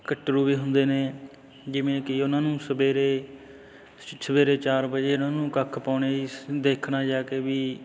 ਕੱਟਰੂ ਵੀ ਹੁੰਦੇ ਨੇ ਜਿਵੇਂ ਕਿ ਉਹਨਾਂ ਨੂੰ ਸਵੇਰੇ ਸਵੇਰੇ ਚਾਰ ਵਜੇ ਉਹਨਾਂ ਨੂੰ ਕੱਖ ਪਾਉਣੇ ਜੀ ਦੇਖਣਾ ਜਾ ਕੇ ਵੀ